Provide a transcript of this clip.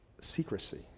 secrecy